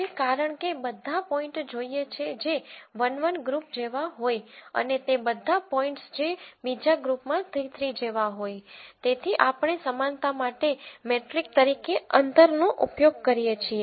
હવે કારણ કે આપણે બધા પોઇન્ટ જોઈએ છે જે 11 ગ્રુપ જેવા હોય અને તે બધા પોઇન્ટ્સ જે બીજા ગ્રુપમાં 3 3 જેવા હોય તેથી આપણે સમાનતા માટે મેટ્રિક તરીકે અંતરનો ઉપયોગ કરીએ છીએ